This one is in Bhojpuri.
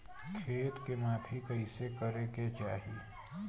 खेत के माफ़ी कईसे करें के चाही?